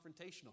confrontational